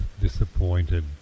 disappointed